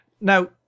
Now